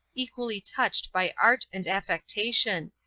equally touched by art and affectation,